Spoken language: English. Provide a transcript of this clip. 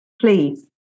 Please